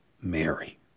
Mary